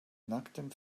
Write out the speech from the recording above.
nacktem